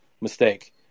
mistake